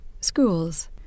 Schools –